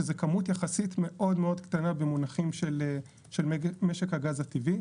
שזה כמות יחסית מאוד קטנה במונחים של משק הגז הטבעי.